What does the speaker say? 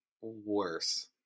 Worse